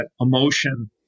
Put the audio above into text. emotion